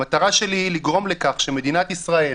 המטרה שלי היא לגרום לכך שמדינת ישראל